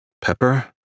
pepper